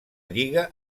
lliga